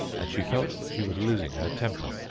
and she felt that she was losing her temper.